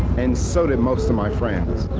and so did most of my friends.